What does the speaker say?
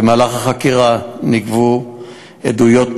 במהלך החקירה נגבו עדויות,